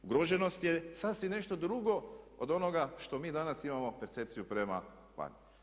Ugroženost je sasvim nešto drugo od onoga što mi danas imamo percepciju prema van.